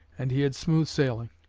and he had smooth sailing.